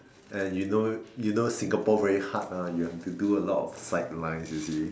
and you know you know Singapore very hard ah you have to do a lot of sidelines you see